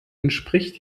entspricht